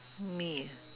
me